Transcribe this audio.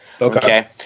okay